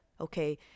Okay